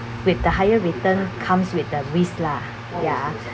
with the higher return comes with the risk lah ya